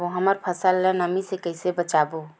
हमर फसल ल नमी से क ई से बचाबो?